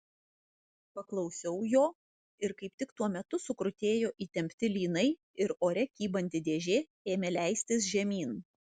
paklausiau jo ir kaip tik tuo metu sukrutėjo įtempti lynai ir ore kybanti dėžė ėmė leistis žemyn